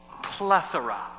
plethora